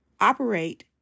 operate